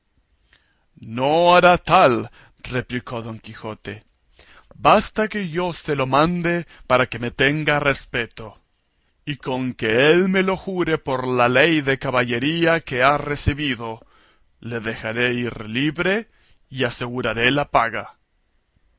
no hará tal replicó don quijote basta que yo se lo mande para que me tenga respeto y con que él me lo jure por la ley de caballería que ha recebido le dejaré ir libre y aseguraré la paga